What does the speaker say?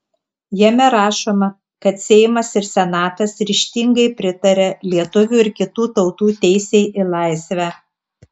jame rašoma kad seimas ir senatas ryžtingai pritaria lietuvių ir kitų tautų teisei į laisvę